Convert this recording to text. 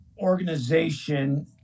organization